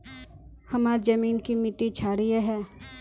हमार जमीन की मिट्टी क्षारीय है?